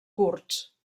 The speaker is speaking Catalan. kurds